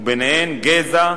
ובהן גזע,